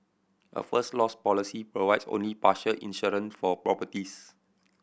a First Loss policy provides only partial insurance for properties